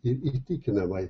ir įtikinamai